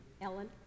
Ellen